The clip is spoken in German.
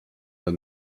der